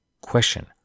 Question